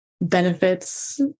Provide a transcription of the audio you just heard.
benefits